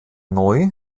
neu